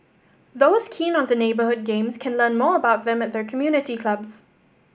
those keen on the neighbourhood games can learn more about them at their community clubs